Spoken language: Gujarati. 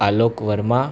આલોક વર્મા